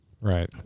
Right